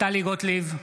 טלי גוטליב,